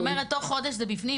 זאת אומרת, תוך חודש זה בפנים?